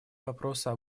вопроса